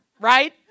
Right